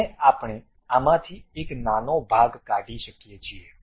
અને આપણે આમાંથી એક નાનો ભાગ કાઢી શકીએ છીએ